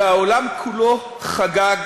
והעולם כולו חגג